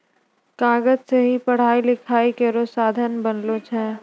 कागज सें ही पढ़ाई लिखाई केरो साधन बनलो छै